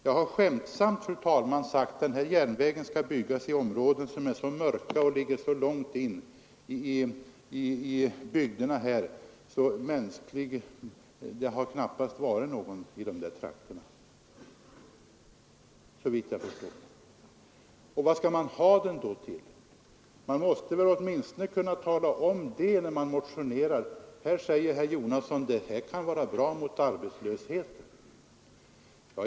Jag har skämtsamt, fru talman, sagt att den här järnvägen skall byggas i områden som är så mörka och ligger så långt in i bygderna, att det knappast varit någon människa i dessa trakter, såvitt jag förstår. Vartill skall man ha järnvägen? Man måste väl åtminstone kunna ange detta när man motionerar. Här säger herr Jonasson att det kan vara bra mot arbetslösheten.